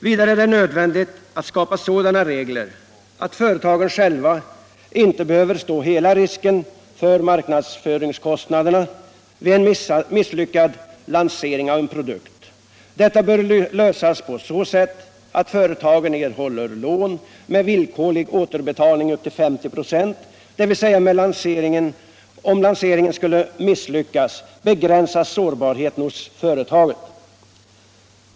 Vidare är det nödvändigt att skapa sådana regler, att företagen själva inte behöver stå hela risken för marknadsföringskostnaderna vid en misslyckad lansering av en produkt. Detta bör lösas på så sätt, att företagen erhåller lån med villkorlig återbetalning upp till 50 26, dvs. om lanseringen skulle misslyckas begränsas sårbarheten hos företaget.